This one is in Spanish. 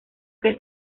que